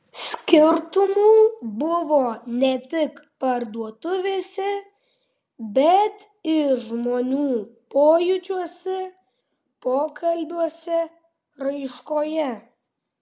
skirtumų buvo ne tik parduotuvėse bet ir žmonių pojūčiuose pokalbiuose raiškoje